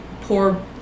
poor